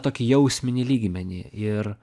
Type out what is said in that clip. tokį jausminį lygmenį ir